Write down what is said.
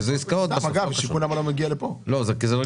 ז'ק